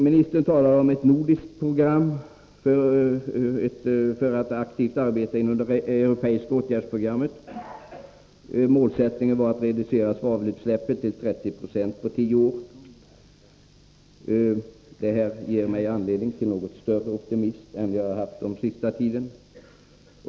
Ministern talade om ett nordiskt samarbete för att aktivt arbeta inom det europeiska åtgärdsprogrammet. Målsättningen skulle vara att reducera svavelutsläppet till 30 20 på tio år. Det ger mig anledning att hysa något större optimism än den jag haft under den senaste tiden.